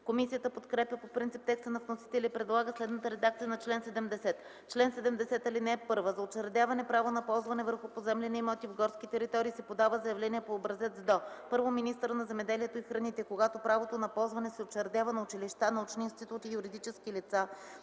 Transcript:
Комисията подкрепя по принцип текста на вносителя и предлага следната редакция на чл. 70: „Чл. 70. (1) За учредяване право на ползване върху поземлени имоти в горски територии се подава заявление по образец до: 1. министъра на земеделието и храните – когато правото на ползване се учредява на училища, научни институти и юридически лица,